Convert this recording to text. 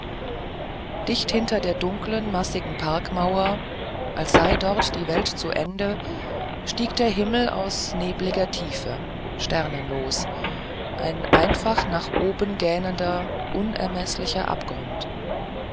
dicht hinter der dunkeln massigen parkmauer als sei dort die welt zu ende stieg der himmel aus nebliger tiefe sternenlos ein einfach nach oben gähnender unermeßlicher abgrund